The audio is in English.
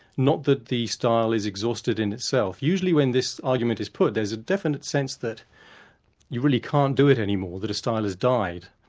not that the style is exhausted in itself. usually when this argument is put, there's a definite sense that you really can't do it any more, that a style has died,